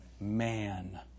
man